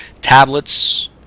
tablets